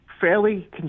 fairly